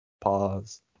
pause